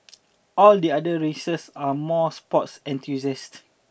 all the other races are more sports enthusiasts